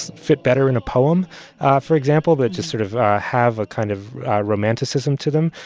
fit better in a poem for example that just sort of have a kind of romanticism to them.